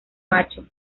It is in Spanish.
macho